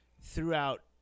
throughout